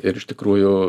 ir iš tikrųjų